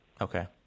Okay